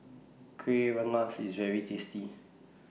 Kuih Rengas IS very tasty